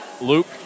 Luke